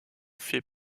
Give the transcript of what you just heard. fait